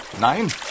nein